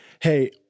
Hey